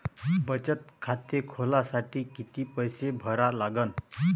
बचत खाते खोलासाठी किती पैसे भरा लागन?